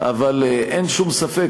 אבל אין שום ספק,